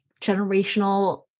generational